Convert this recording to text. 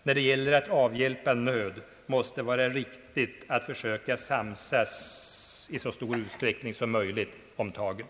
När det gäller att avhjälpa nöd måste det vara riktigt att försöka samsas i så stor utsträckning som möjligt om tagen.